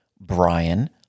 Brian